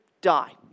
die